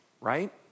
right